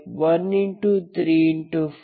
5x3 C01 xx21